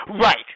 Right